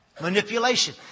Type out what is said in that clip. Manipulation